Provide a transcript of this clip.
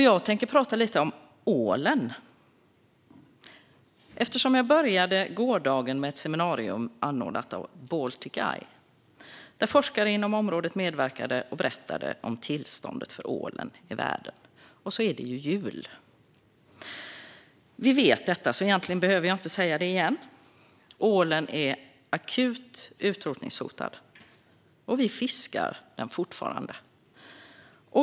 Jag tänker prata lite om ålen, eftersom jag började gårdagen med ett seminarium anordnat av Baltic Eye, där forskare inom området medverkade och berättade om tillståndet för ålen i världen. Och så är det ju jul. Vi vet detta, så egentligen behöver jag inte säga det igen: Ålen är akut utrotningshotad, men vi fiskar den fortfarande.